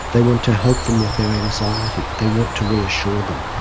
they want to help them with their anxiety, they want to reassure them,